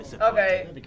Okay